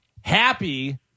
Happy